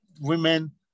women